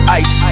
ice